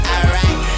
Alright